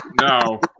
No